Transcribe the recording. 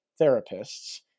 therapists